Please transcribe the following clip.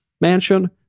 mansion